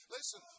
Listen